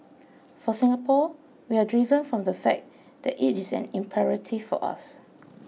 for Singapore we are driven from the fact that it is an imperative for us